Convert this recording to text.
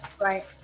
Right